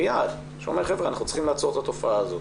כיעד שאומר שצריכים לעצור את התופעה הזאת.